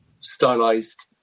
stylized